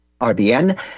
RBN